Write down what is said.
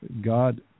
God